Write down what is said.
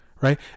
Right